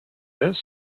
this